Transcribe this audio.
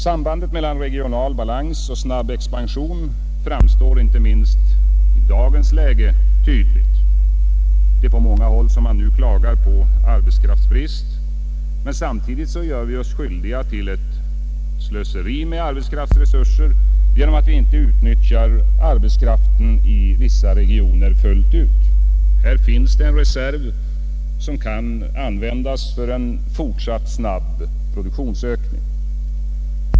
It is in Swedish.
Sambandet mellan regional balans och snabb expansion framstår inte minst i dagens läge tydligt. På många håll klagar man nu över arbetskraftsbrist, men samtidigt gör vi oss skyldiga till slöseri med arbetskraftsresurser genom att vi inte utnyttjar arbetskraften i vissa regioner fullt ut. Här finns det en reserv som kan användas för en fortsatt snabb produktionsökning.